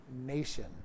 nation